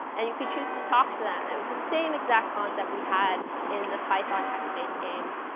and you could choose to talk to them. it was the same exact concept we had in the python text-based game.